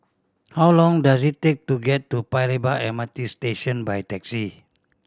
how long does it take to get to Paya Lebar M R T Station by taxi